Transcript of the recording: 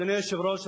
אדוני היושב-ראש,